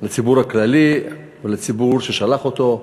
לציבור הכללי ולציבור ששלח אותו.